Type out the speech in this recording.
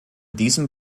diesem